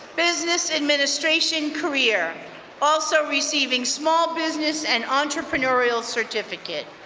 business administration career also receiving small business and entrepreneurial certificate.